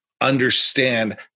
understand